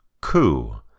Coup